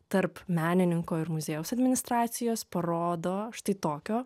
tarp menininko ir muziejaus administracijos parodo štai tokio